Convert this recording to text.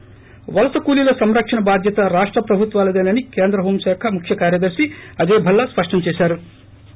ి వలస కూలీల సంరక్షణ బాధ్యత రాష్ట ప్రభుత్వాలదేనని కేంద్ర హోం శాఖ ముఖ్య కార్యదర్పి అజయ్ భల్లా స్పష్టం చేశారు